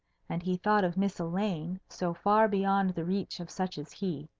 and he thought of miss elaine so far beyond the reach of such as he,